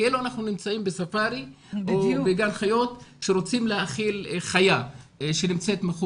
כאילו אנחנו נמצאים בספארי או בגן חיות שרוצים להאכיל חיה שנמצאת.